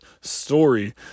story